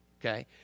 Okay